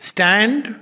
Stand